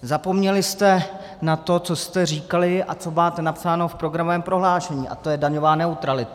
Zapomněli jste na to, co jste říkali a co máte napsáno v programovém prohlášení, a to je daňová neutralita.